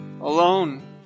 alone